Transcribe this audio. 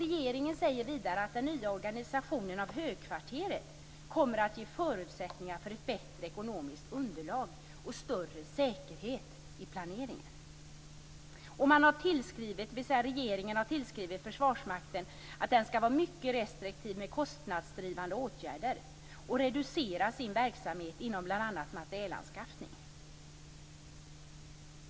Regeringen säger vidare att den nya organisationen av högkvarteret kommer att ge förutsättningar för ett bättre ekonomiskt underlag och större säkerhet i planeringen. Regeringen har tillskrivit Försvarsmakten att den skall vara mycket restriktiv med kostnadsdrivande åtgärder och reducera sin verksamhet inom bl.a. materielanskaffning.